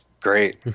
great